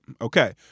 Okay